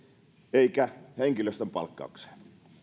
eikä henkilöstön palkkaukseen